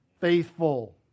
faithful